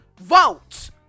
vote